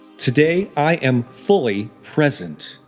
today i am fully present.